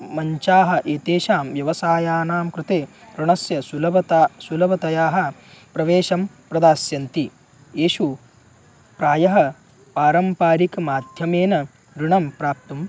मञ्चाः एतेषां व्यवसायानां कृते ऋणस्य सुलभता सुलभतयाः प्रवेशं प्रदास्यन्ति एषु प्रायः पारम्परिक माध्यमेन ऋणं प्राप्तुम्